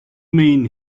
mean